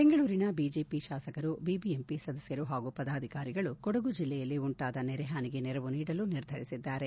ಬೆಂಗಳೂರಿನ ಬಿಜೆಪಿ ಶಾಸಕರು ಬಿಬಿಎಂಪಿ ಸದಸ್ದರು ಹಾಗೂ ಪದಾಧಿಕಾರಿಗಳು ಕೊಡಗು ಜಿಲ್ಲೆಯಲ್ಲಿ ಉಂಟಾದ ನೆರೆ ಹಾನಿಗೆ ನೆರವು ನೀಡಲು ನಿರ್ಧರಿಸಿದ್ದಾರೆ